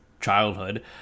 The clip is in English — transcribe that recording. childhood